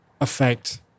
affect